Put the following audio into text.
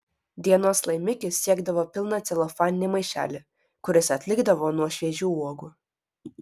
dienos laimikis siekdavo pilną celofaninį maišelį kuris atlikdavo nuo šviežių uogų